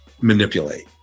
manipulate